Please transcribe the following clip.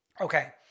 Okay